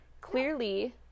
clearly